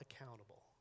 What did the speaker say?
accountable